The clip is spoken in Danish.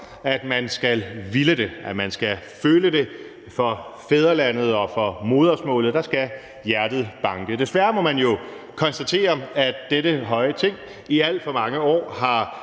at man skal ville det, at man skal føle det. For fædrelandet og for modersmålet skal hjertet banke. Desværre må man jo konstatere, at dette høje Ting i alt for mange år har